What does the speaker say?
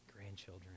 grandchildren